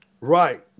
Right